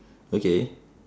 okay